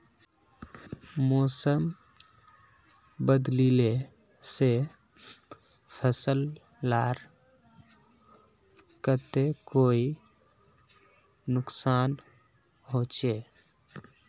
मौसम बदलिले से फसल लार केते कोई नुकसान होचए?